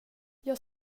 jag